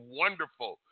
wonderful